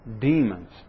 demons